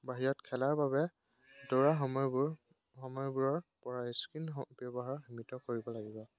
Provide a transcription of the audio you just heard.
বাহিৰত খেলাৰ বাবে দৌৰা সময়বোৰ সময়বোৰৰ পৰা স্ক্ৰীণ ব্যৱহাৰ সীমিত কৰিব লাগিব